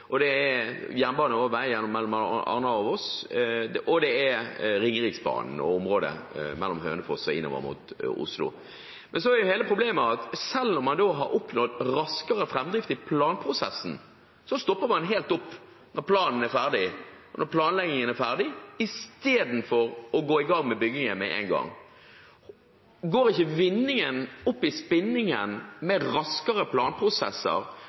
planlagt vei og jernbane sammen, nemlig på veistykket mellom Arna og Voss og på Ringeriksbanen mellom Hønefoss og Oslo. Hele problemet er at selv om man har oppnådd raskere framdrift i planprosessen, så stopper man helt opp når planleggingen er ferdig, i stedet for å gå i gang med byggingen med en gang. Går ikke vinningen med raskere planprosesser opp i